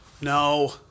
No